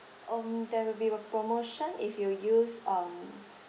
um there will be a promotion if you use um